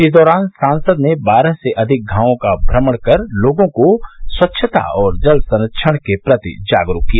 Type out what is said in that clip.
इस दौरान सांसद ने बारह से अधिक गांवों का भ्रमण कर लोगों को स्वच्छता और जल संरक्षण के प्रति जागरूक किया